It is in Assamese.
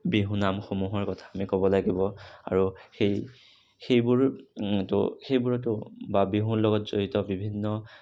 বিহুনাম সমূহৰ কথা আমি ক'ব লাগিব আৰু সেই সেইবোৰ তো সেইবোৰতো বা বিহুৰ লগত জড়িত বিভিন্ন